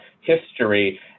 history